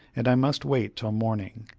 and i must wait till morning.